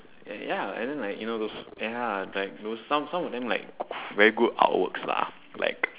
y~ ya and then like you know those ya like those some some of them g~ very good artworks lah like